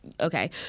okay